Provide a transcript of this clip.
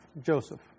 Joseph